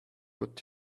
what